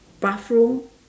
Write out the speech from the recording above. bathroom